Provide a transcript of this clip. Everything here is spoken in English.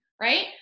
right